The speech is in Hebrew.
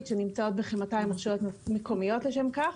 שנמצאות בכ-200 רשויות מקומיות לשם כך.